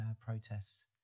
protests